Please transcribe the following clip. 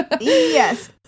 Yes